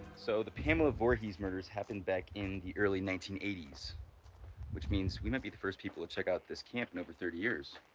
so the pamela voorhees murders happened back in the early nineteen eighty s which means we might be the first people to check out this camp in over thirty years.